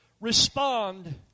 respond